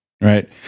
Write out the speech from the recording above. Right